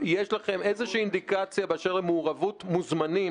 יש לכם איזושהי אינדיקציה באשר למעורבות "מוזמנים",